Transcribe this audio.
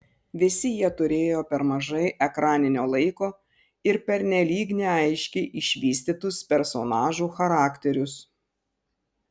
visi jie turėjo per mažai ekraninio laiko ir pernelyg neaiškiai išvystytus personažų charakterius